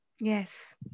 Yes